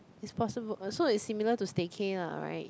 is possible so is similar to stay cay lah right